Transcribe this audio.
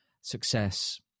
success